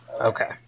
Okay